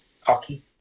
Hockey